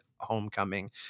Homecoming